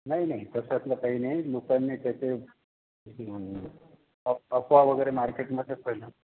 नाही नाही तशातलं काही नाही लोकांनी त्याचे अफवा वगैरे मार्केटमध्ये फैलव